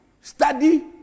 study